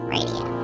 Radio